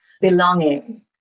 belonging